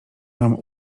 mam